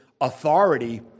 authority